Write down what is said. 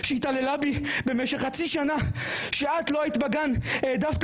שהתעללה בי במשך חצי שנה כשהיא לא הייתה בגן כי היא העדיפה